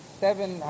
Seven